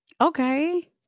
Okay